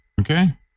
okay